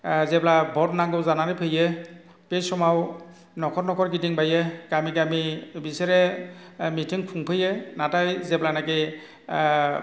जेब्ला भट नांगौ जानानै फैयो बे समाव न'खर न'खर गिदिंबायो गामि गामि बिसोरो मिथिं खुंफैयो नाथाय जेब्लानाखि